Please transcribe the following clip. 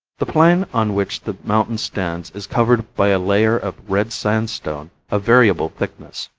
the plain on which the mountain stands is covered by a layer of red sandstone of variable thickness,